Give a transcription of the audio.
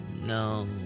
no